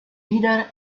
leader